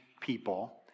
people